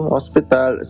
hospital